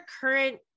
current